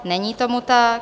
Není tomu tak.